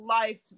life